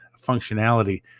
functionality